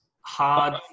hard